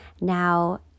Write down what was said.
Now